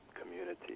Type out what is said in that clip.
community